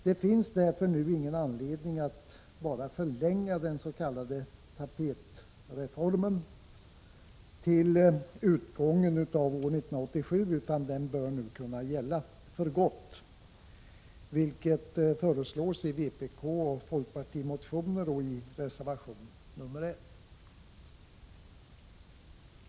Det finns därför nu ingen anledning att bara förlänga den s.k. tapetreformen till utgången av år 1987, utan den bör kunna gälla för gott. Det föreslås i vpkoch folkpartimotioner och i reservation 1.